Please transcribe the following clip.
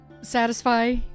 satisfy